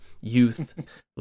youth